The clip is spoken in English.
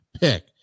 pick